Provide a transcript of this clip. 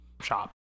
shop